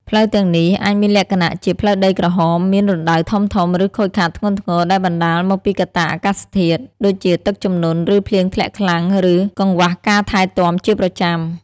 ផ្លូវទាំងនោះអាចមានលក្ខណៈជា ផ្លូវដីក្រហម មាន រណ្តៅធំៗ ឬ ខូចខាតធ្ងន់ធ្ងរ ដែលបណ្តាលមកពីកត្តាអាកាសធាតុ ដូចជាទឹកជំនន់ ឬភ្លៀងធ្លាក់ខ្លាំង ឬកង្វះការថែទាំជាប្រចាំ។